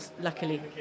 luckily